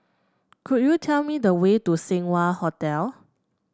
could you tell me the way to Seng Wah Hotel